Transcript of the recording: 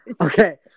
Okay